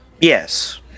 Yes